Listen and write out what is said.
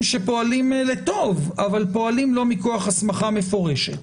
שפועלים לטובה אבל לא מכוח הסמכה מפורשת